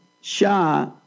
Shah